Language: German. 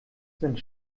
sind